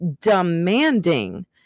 demanding